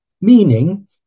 meaning